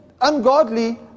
ungodly